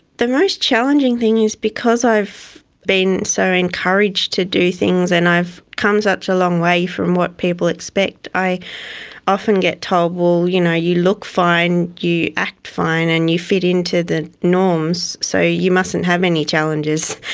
the most challenging thing is because i've been so encouraged to do things and i've come such a long way from what people expect, i often get told, well, you know you look fine, you act fine and you fit into the norms, so you mustn't have any challenges.